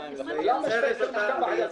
22,500. למה 22,500?